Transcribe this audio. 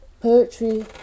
Poetry